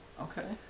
Okay